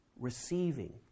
receiving